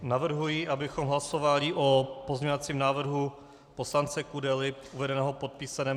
Navrhuji, abychom hlasovali o pozměňovacím návrhu poslance Kudely uvedeném pod písm.